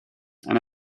and